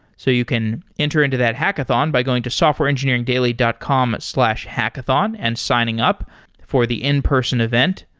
so you can enter into that hackathon by going to softwareengineeringdaily dot com slash hackathon and signing up for the in-person event,